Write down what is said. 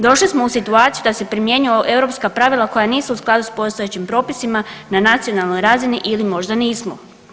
Došli smo u situaciju da se primjenjuju Europska pravila koja nisu u skladu s postojećim propisima na nacionalnoj razini ili možda nismo.